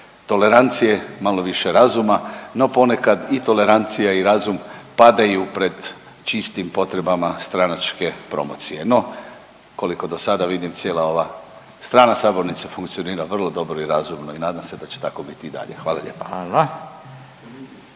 tolerancije, malo više razuma no ponekad i tolerancija i razum padaju pred čistim potrebama stranačke promocije. No, koliko do sada vidim cijela ova strana sabornice funkcionira vrlo dobro i razumno i nadam se da će tako biti i dalje. Hvala lijepa.